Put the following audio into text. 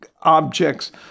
objects